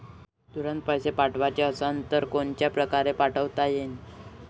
तुरंत पैसे पाठवाचे असन तर कोनच्या परकारे पाठोता येईन?